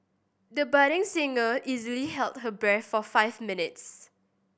the budding singer easily held her breath for five minutes